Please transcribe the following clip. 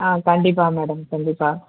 ஆ கண்டிப்பாக மேடம் கண்டிப்பாக